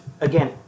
again